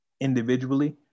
individually